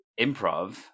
improv